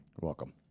welcome